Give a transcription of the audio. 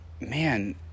man